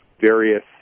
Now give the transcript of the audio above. various